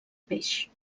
peix